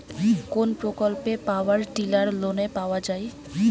কোন প্রকল্পে power tiller লোনে পাওয়া য়ায়?